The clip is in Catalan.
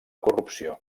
corrupció